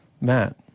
Matt